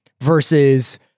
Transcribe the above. versus